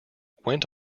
went